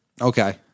Okay